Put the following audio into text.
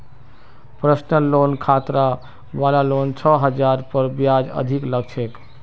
personal loan खतरा वला loan छ जहार पर ब्याज अधिक लग छेक